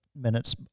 minutes